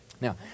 Now